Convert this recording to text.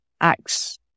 acts